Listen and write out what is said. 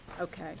okay